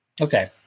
Okay